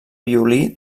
violí